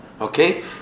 Okay